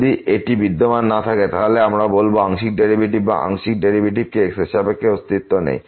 যদি এটি বিদ্যমান না থাকে তাহলে আমরা বলব আংশিক ডেরিভেটিভস বা আংশিক ডেরিভেটিভকে x এর সাপেক্ষে অস্তিত্ব নেই